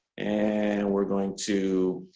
and we're going to.